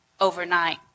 overnight